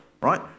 right